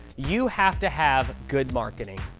you have to have good marketing.